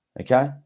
okay